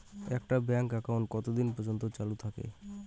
একটা bank account কতদিন পর্যন্ত চালু থাকে?